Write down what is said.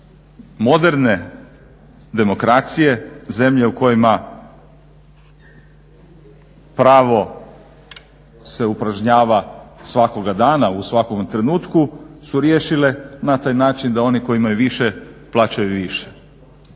moderne demokracije, zemlje u kojima pravo se upražnjava svakoga dana u svakome trenutku su riješile na taj način da oni koji imaju više plaćaju više.